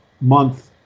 month